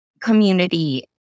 community